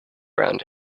around